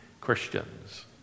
Christians